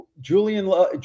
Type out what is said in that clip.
Julian